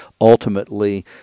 ultimately